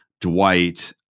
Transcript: Dwight